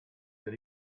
that